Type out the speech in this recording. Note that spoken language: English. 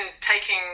taking